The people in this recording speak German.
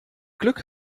glück